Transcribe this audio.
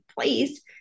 place